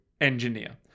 engineer